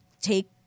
take